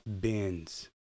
bins